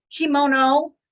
kimono